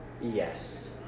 Yes